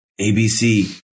ABC